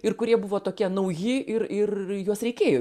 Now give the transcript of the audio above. ir kurie buvo tokie nauji ir ir juos reikėjo